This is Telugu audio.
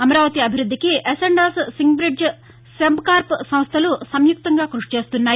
అమరావతి అభివృద్దికి అసెండాస్ సింగ్బ్రిడ్జ్ సెంబ్ కార్ప్ సంస్థలు సంయుక్తంగా క్తృషిచేయన్నాయి